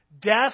Death